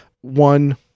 One